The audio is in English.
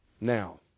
Now